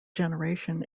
generation